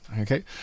Okay